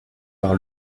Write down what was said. par